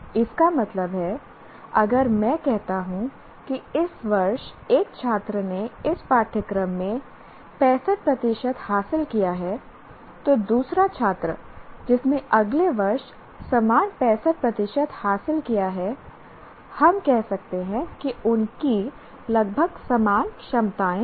इसका मतलब है अगर मैं कहता हूं कि इस वर्ष एक छात्र ने इस पाठ्यक्रम में 65 प्रतिशत हासिल किया है तो दूसरा छात्र जिसने अगले वर्ष समान 65 प्रतिशत हासिल किया है हम कह सकते हैं कि उनकी लगभग समान क्षमताएं हैं